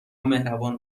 مهربان